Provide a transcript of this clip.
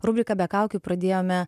rubriką be kaukių pradėjome